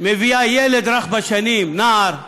מביאה ילד רך בשנים, נער,